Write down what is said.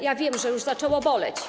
Ja wiem, że już zaczęło boleć.